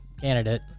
candidate